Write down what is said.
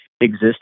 exist